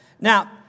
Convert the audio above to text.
Now